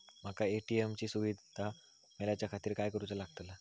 माका ए.टी.एम ची सुविधा मेलाच्याखातिर काय करूचा लागतला?